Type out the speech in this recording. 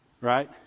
right